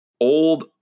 old